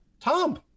Tom